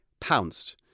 pounced